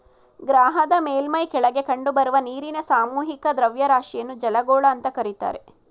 ಗ್ರಹದ ಮೇಲ್ಮೈ ಕೆಳಗೆ ಕಂಡುಬರುವ ನೀರಿನ ಸಾಮೂಹಿಕ ದ್ರವ್ಯರಾಶಿಯನ್ನು ಜಲಗೋಳ ಅಂತ ಕರೀತಾರೆ